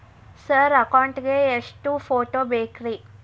Sir account ಗೇ ಎಷ್ಟು photo ಬೇಕ್ರಿ?